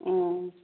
उम